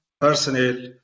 personnel